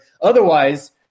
otherwise